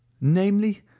namely